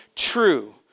true